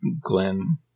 Glenn